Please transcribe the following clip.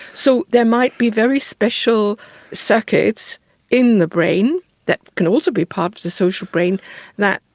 so there might be very special circuits in the brain that can also be part of the social brain that,